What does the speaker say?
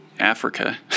Africa